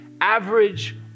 average